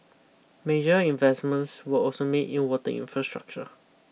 major investments were also made in water infrastructure